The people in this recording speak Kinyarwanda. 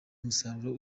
umusaruro